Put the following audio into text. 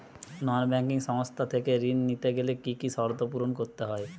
নন banking সংস্থা থেকে ঋণ নিতে গেলে কি কি শর্ত পূরণ করতে হয়?